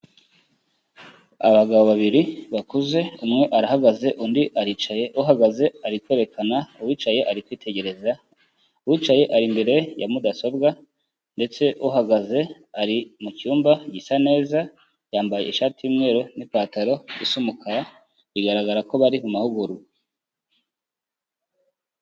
Abagabo babiri bakuze, umwe arahagaze undi aricaye, uhagaze ari kwerekana, uwicaye ari kwitegereza, uwicaye ari imbere ya mudasobwa ndetse uhagaze ari mu cyumba gisa neza yambaye ishati y'umweru n'ipantaro isa umukara, bigaragara ko bari mu mahugurwa.